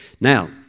Now